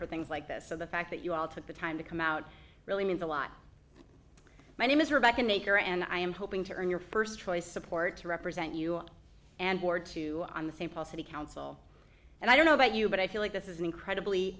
for things like this so the fact that you all took the time to come out really means a lot my name is rebecca nacre and i am hoping to earn your first choice support to represent you and board to on the st paul city council and i don't know about you but i feel like this is an incredibly